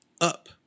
up